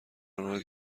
آنها